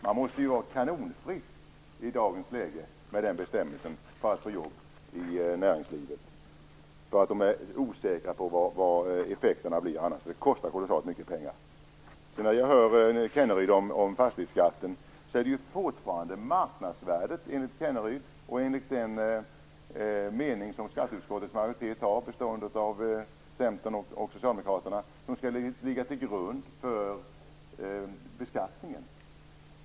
Man måste ju vara kanonfrisk i dagens läge, med den bestämmelsen, för att få jobb i näringslivet. De är osäkra på vad effekterna blir annars. Det kostar kolossalt mycket pengar. Rolf Kenneryd talar om fastighetsskatten. Enligt Rolf Kenneryd och den mening som skatteutskottets majoritet, bestående av Centern och Socialdemokraterna, har är det är ju fortfarande marknadsvärdet som skall ligga till grund för beskattningen.